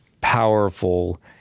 powerful